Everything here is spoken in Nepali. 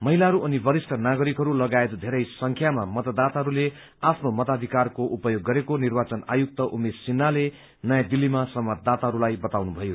महिलाहरू अनि वरिष्ठ नागरिकहरू लगायत धेरै संख्यामा मतदाताहरूले आफ्नो मताधिकारको उपयोग गरेको निर्वाचन उपायुक्त उमेश सिन्हाले नयाँ दिल्लीमा संवाददाताहरूलाई बताउनुभयो